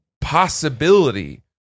possibility